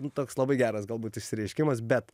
nu toks labai geras galbūt išsireiškimas bet